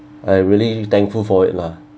I really thankful for it lah